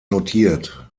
notiert